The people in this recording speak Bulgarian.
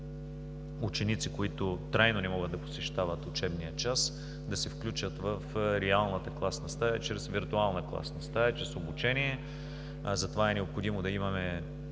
ученици, които трайно не могат да посещават учебния час, да се включат в реалната класна стая чрез виртуална класна стая, чрез обучение. Затова е необходимо да имаме